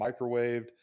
microwaved